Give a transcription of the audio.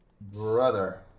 Brother